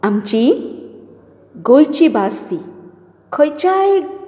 आमची कोंकणी भास ती खंयच्याय